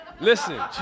listen